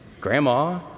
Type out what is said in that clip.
Grandma